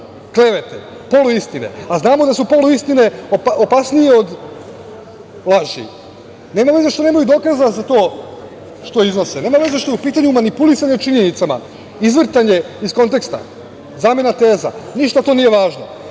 klevete, poluistine, a znamo da su poluistine opasnije od laži, nema veze što nemaju dokaza za to što iznose, nema veze što je u pitanju manipulisanje činjenicama, izvrtanje iz konteksta, zamena teza, ništa to nije važno,